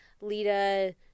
Lita